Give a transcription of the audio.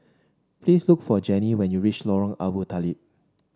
please look for Jenny when you reach Lorong Abu Talib